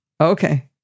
okay